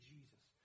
Jesus